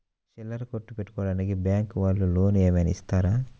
చిల్లర కొట్టు పెట్టుకోడానికి బ్యాంకు వాళ్ళు లోన్ ఏమైనా ఇస్తారా?